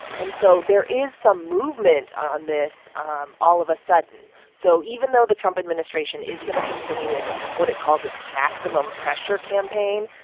and so there is some movement on this um all of a sudden. so even though the trump administration is going to continue its what it calls its maximum pressure campaign,